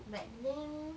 but then